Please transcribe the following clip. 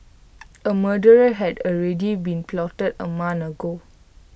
A murderer had already been plotted A month ago